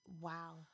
Wow